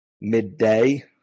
midday